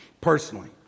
personally